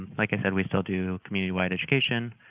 like i said, we still do communitywide education